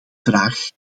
vraag